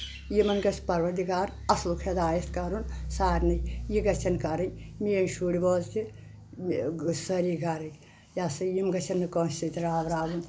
یِمن گژھِ پرودِگار اَصٕلُک حِدایت کَرُن سارنٕے یہِ گژھن کرٕنۍ میٲنۍ شُرۍ بٲژ تہِ سٲری گرٕ یہِ ہسا یِم گژھن نہٕ کٲنٛسہِ سۭتۍ راو راوٕنۍ